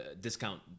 discount